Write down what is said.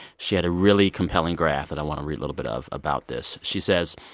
she had a really compelling graph that i want to read a little bit of about this she says,